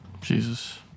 Jesus